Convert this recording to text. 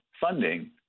funding